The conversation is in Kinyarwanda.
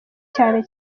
cyane